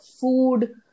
food